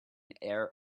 air